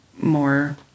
more